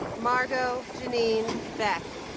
margo janine beck